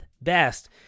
best